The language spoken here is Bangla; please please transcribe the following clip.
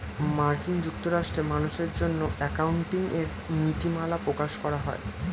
মার্কিন যুক্তরাষ্ট্রে মানুষের জন্য অ্যাকাউন্টিং এর নীতিমালা প্রকাশ করা হয়